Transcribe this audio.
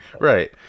Right